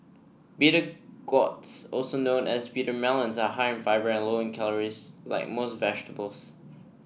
bitter gourds also known as bitter melons are high in fibre and low in calories like most vegetables